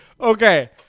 okay